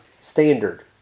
standard